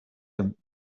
him